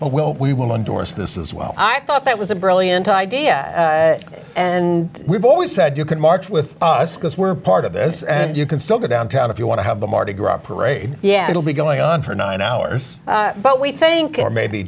but well we will endorse this as well i thought that was a brilliant idea and we've always said you can march with us because we're part of this and you can still go downtown if you want to have the mardi gras parade yeah it'll be going on for nine hours but we think